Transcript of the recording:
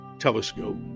telescope